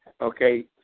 okay